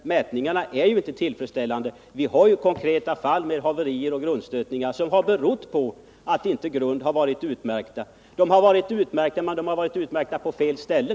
Mätningarna är inte tillfredsställande. Vi har konkreta fall med haverier och grundstötningar, vilka inte berott på att grunden inte varit utmärkta utan på att de varit utmärkta på fel ställen.